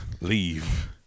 Leave